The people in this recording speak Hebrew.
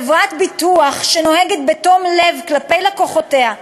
חברת ביטוח שנוהגת בתום לב כלפי לקוחותיה,